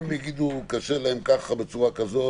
אם הם יגידו שקשה להם בצורה כזאת,